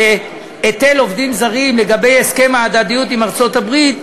של היטל עובדים זרים לגבי הסכם ההדדיות עם ארצות-הברית,